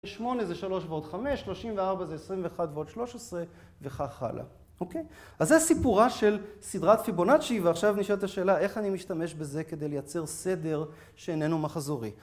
8 זה 3 ועוד 5, 34 זה 21 ועוד 13 וכך הלאה, אוקיי? אז זו הסיפורה של סדרת פיבונצ'י ועכשיו נשארת השאלה איך אני משתמש בזה כדי לייצר סדר שאיננו מחזורי.